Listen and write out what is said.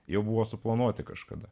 jau buvo suplanuoti kažkada